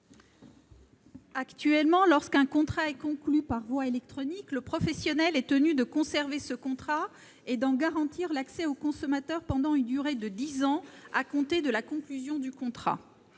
Actuellement, lorsqu'un contrat est conclu par voie électronique, le professionnel est tenu de conserver ce contrat et d'en garantir l'accès aux consommateurs pendant une durée de dix ans à compter de sa conclusion. Cet